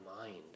mind